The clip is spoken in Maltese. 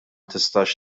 tistax